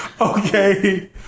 Okay